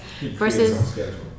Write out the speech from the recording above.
versus